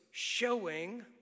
showing